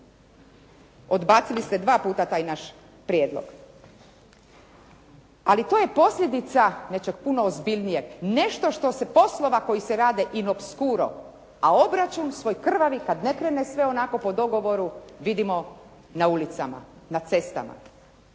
Odbacili ste dva puta taj naš prijedlog. Ali to je posljedica nečeg puno ozbiljnijeg. Nešto što se poslova koji se rade «in obscuro» a obračun svoj krvavi kad ne krene sve onako po dogovoru vidimo na ulicama, na cestama.